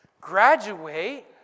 graduate